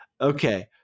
Okay